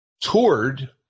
toured